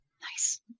Nice